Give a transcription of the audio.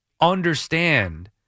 understand